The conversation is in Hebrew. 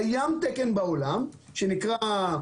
קיים תקן בעולם שנקרא,